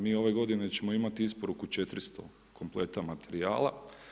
Mi ove godine ćemo imati isporuku 400 kompleta materijala.